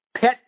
pet